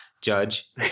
judge